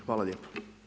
Hvala lijepo.